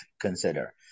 consider